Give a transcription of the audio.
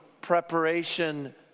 preparation